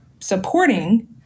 supporting